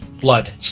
blood